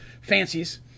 fancies